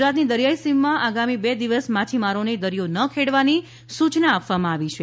ગુજરાતની દરિયાઈ સીમમાં આગામી બે દિવસ માછીમારોને દરિયો ન ખેડવાની સૂચના આપવામાં આવી છે